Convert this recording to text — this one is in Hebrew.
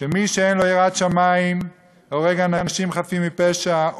שמי שאין לו יראת שמים הורג אנשים חפים מפשע,